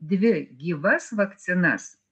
dvi gyvas vakcinas